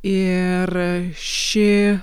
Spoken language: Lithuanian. ir ši